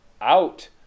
out